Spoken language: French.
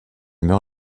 meurt